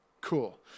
Cool